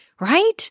Right